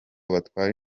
batwara